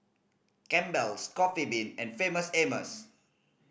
Campbell's Coffee Bean and Famous Amos